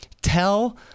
tell